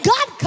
God